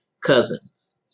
cousins